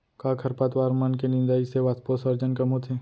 का खरपतवार मन के निंदाई से वाष्पोत्सर्जन कम होथे?